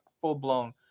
full-blown